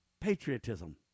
patriotism